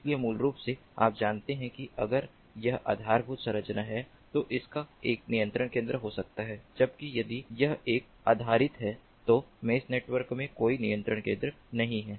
इसलिए मूल रूप से आप जानते हैं कि अगर यह आधारभूत संरचना है तो इसका एक नियंत्रण केंद्र हो सकता है जबकि यदि यह एक आधारित है तो मेष नेटवर्क में कोई नियंत्रण केंद्र नहीं है